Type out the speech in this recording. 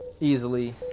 easily